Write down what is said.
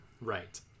Right